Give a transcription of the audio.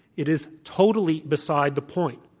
it is totally beside the point.